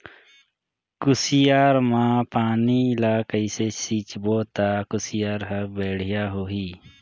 कुसियार मा पानी ला कइसे सिंचबो ता कुसियार हर बेडिया होही?